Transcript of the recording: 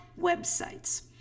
websites